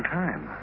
time